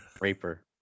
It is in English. Raper